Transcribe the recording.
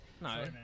No